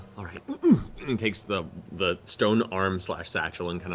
all right. and he takes the the stone arm-slash-satchel and kind of